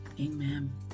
amen